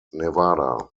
nevada